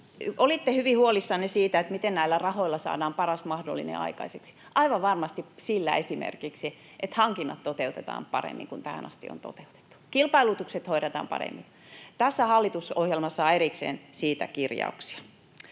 olitte hyvin huolissanne siitä, miten näillä rahoilla saadaan paras mahdollinen aikaiseksi. Aivan varmasti esimerkiksi sillä, että hankinnat toteutetaan paremmin kuin tähän asti on toteutettu, kilpailutukset hoidetaan paremmin. Tässä hallitusohjelmassa on erikseen siitä kirjauksia.